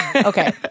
Okay